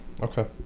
Okay